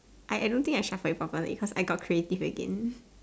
I I don't think I shuffled it properly cause I got creative again